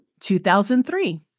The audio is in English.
2003